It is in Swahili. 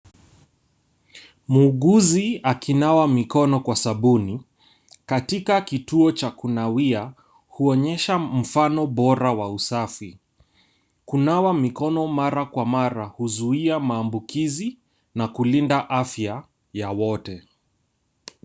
Muuguzi akinawa mikono kwa sabuni katika kituo cha kunawia kuonyesha mfano bora wa usafi. Kunawa mikono mara kwa mara huzuia maambukizi na kulinda afya ya wote.